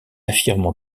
affirmant